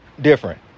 different